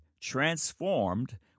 transformed